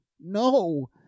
No